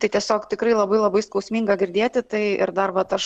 tai tiesiog tikrai labai labai skausminga girdėti tai ir dar vat aš